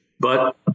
But-